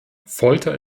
folter